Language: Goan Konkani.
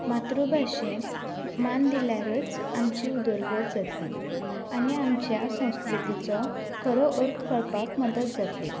मातृ भाशेक मान दिल्यारच आमची उदरगत जातली आनी आमच्या संस्कृतीचो खरो अर्थ कळपाक मदत जातली